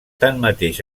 tanmateix